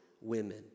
women